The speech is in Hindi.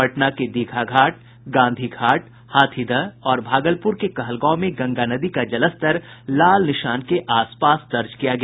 पटना के दीघा घाट गांधी घाट हाथीदह और भागलपुर के कहलगांव में गंगा नदी का जलस्तर खतरे के निशान के आसपास दर्ज किया गया